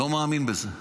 לא מאמין בזה.